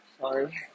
Sorry